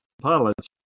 pilots